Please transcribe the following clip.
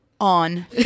on